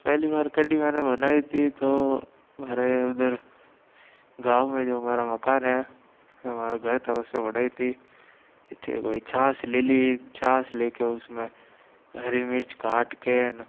पहली बार कड्डी मैंने बनाई थी तो म्हारे उधर गाँव मे जो हमारा मकान है हमारा घर था उसमें बनाई थी छाछ ले ली छाछ ले के उसमें हरी मिर्च काट के